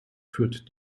führt